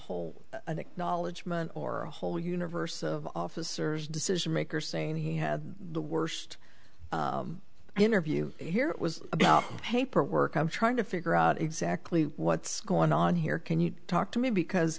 acknowledgement or a whole universe of officers decision makers saying he had the worst interview here it was about paperwork i'm trying to figure out exactly what's going on here can you talk to me because